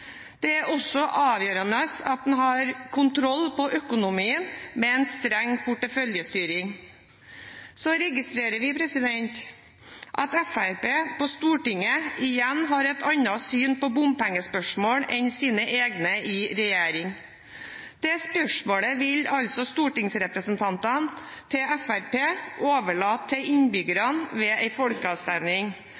Det er også avgjørende at en har kontroll på økonomien med en streng porteføljestyring. Vi registrerer at Fremskrittspartiet på Stortinget igjen har et annet syn på bompengespørsmål enn sine egne i regjering. Det spørsmålet vil stortingsrepresentantene fra Fremskrittspartiet overlate til